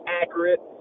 accurate